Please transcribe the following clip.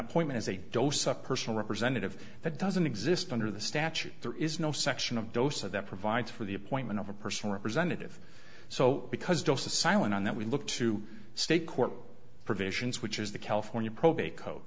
appointment as a dos a personal representative that doesn't exist under the statute there is no section of dose of that provides for the appointment of a personal representative so because dosa silent on that we look to state court provisions which is the california probate co